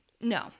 No